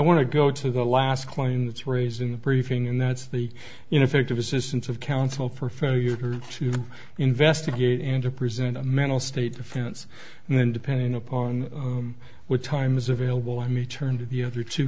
want to go to the last claim that's raised in the briefing and that's the you know effective assistance of counsel for failure to investigate and to present a mental state offense and then depending upon what time is available i may turn to the other two